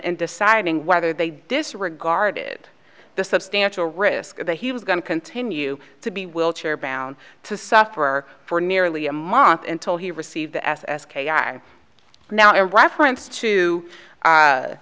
in deciding whether they disregarded the substantial risk that he was going to continue to be wilcher bound to suffer for nearly a month until he received the s s k i now a reference to